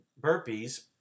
burpees